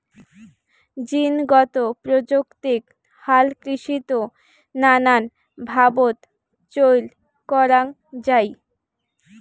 জীনগত প্রযুক্তিক হালকৃষিত নানান ভাবত চইল করাঙ যাই